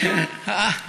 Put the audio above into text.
הגעת